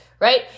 right